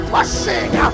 pushing